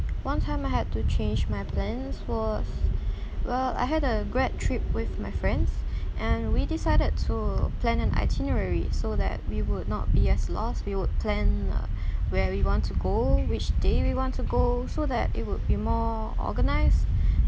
one time I had to change my plans was well I had a grad trip with my friends and we decided to plan an itinerary so that we would not be as lost we would plan uh where we want to go which day we want to go so that it would be more organised